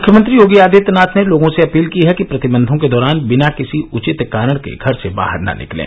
मुख्यमंत्री योगी आदित्यनाथ ने लोगों से अपील की है कि प्रतिबंधों के दौरान बिना किसी उचित कारण के घर से बाहर न निकलें